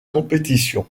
compétition